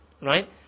right